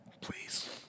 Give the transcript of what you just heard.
Please